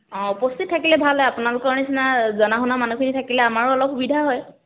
অঁ উপস্থিত থাকিলে ভাল হয় আপোনালোকৰ নিচিনা জনা শুনা মানুহখিনি থাকিলে আমাৰো অলপ সুবিধা হয়